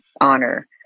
honor